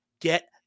Get